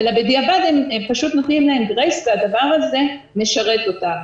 אלא בדיעבד הם פשוט נותנים להם גרייס כי הדבר הזה משרת אותם.